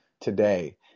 today